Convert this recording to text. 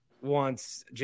wants